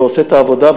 ועושה את העבודה,